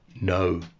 No